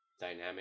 Dynamic